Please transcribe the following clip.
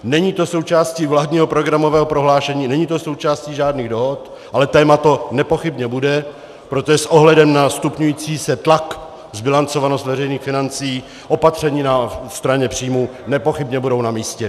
Není to součástí vládního programového prohlášení, není to součástí žádných dohod, ale téma to nepochybně bude, protože s ohledem na stupňující se tlak, zbilancovanost veřejných financí, opatření na straně příjmů nepochybně budou namístě.